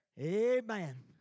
Amen